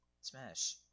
Smash